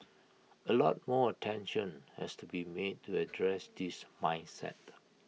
A lot more attention has to be made to address this mindset